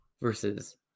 versus